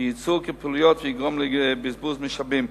שייצור כפילויות ויגרום לבזבוז משאבים.